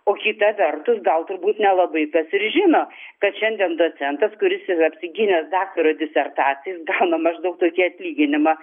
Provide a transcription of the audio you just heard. o kita vertus gal turbūt nelabai kas ir žino kad šiandien docentas kuris yra apsigynęs daktaro disertaciją jis gauna maždaug tokį atlyginimą